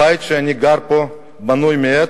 הבית שאני גר בו בנוי מעץ,